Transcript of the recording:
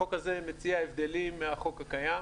החוק הזה מציע הבדלים מהחוק הקיים,